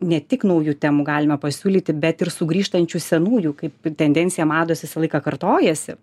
ne tik naujų temų galime pasiūlyti bet ir sugrįžtančių senųjų kaip tendencija mados visą laiką kartojasi